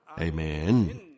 Amen